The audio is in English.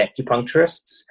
acupuncturists